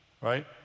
right